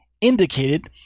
indicated